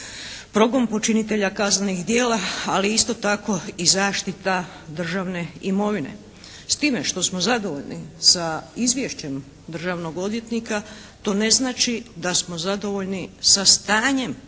progon počinitelja kaznenih djela, ali isto tako i zaštita državne imovine. S time što smo zadovoljni sa izvješćem državnog odvjetnika to ne znači da smo zadovoljni sa stanjem